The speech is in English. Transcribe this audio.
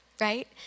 right